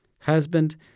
Husband